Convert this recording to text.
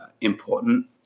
important